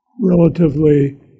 relatively